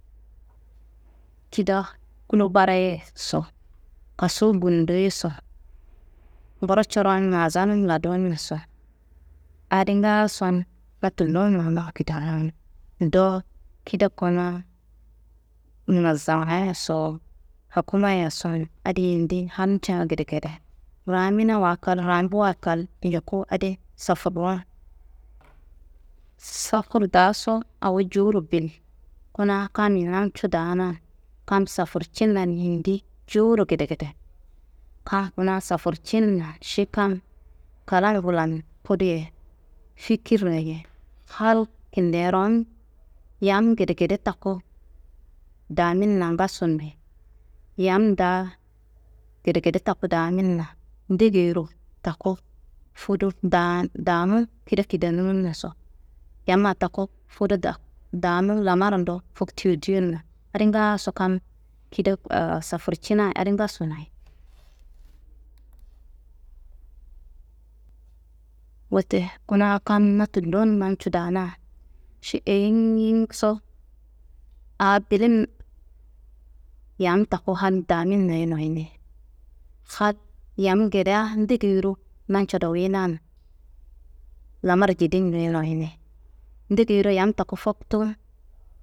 Kida kulo barayeso, kasu gundoyoso, guro coron mazanum ladunnaso adi ngaason na tullon nanun kidenun. Do kida kuna munazamayaso, hakumayason adi yindin halca gedegede, raminawa kal, rambuwa kal, njuku adi safurun. Safur daaso awo jowuro bil, kuna kammi namcu daana kam safurcinnan yindi jowuro gedegede. Kam kuna safurcinna ši kam klangu lankudu ye, fikirra ye hal kinderom yam gedegede taku daminna ngaso noyi, yam daa gedegede taku daminna degeyiro taku fudu danun kidaa kidenunnaso, yam taku fudu damu lamarando foktuyo duyonna adi ngaaso kam kida safurcinayi adi ngaso noyi. Wote kuna kam na tullon namcu daana ši eyiyingiso a bilin yam taku hal daminnaye noyini, hal yam gedea ndegeyiro nanca doyinan lamar jedinnaye noyini, ndegeyiro yam taku foktuwun.